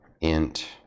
int